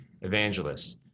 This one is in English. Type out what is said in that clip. evangelists